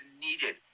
needed